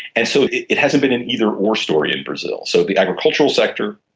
and so it it hasn't been an either or story in brazil. so the agricultural sector,